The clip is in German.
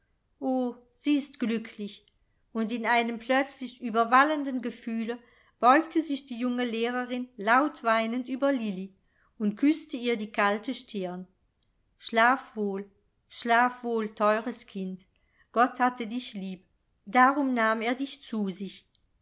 o sie ist glücklich und in einem plötzlich überwallenden gefühle beugte sich die junge lehrerin laut weinend über lilli und küßte ihr die kalte stirn schlaf wohl schlaf wohl teures kind gott hatte dich lieb darum nahm er dich zu sich